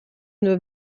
nur